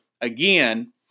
again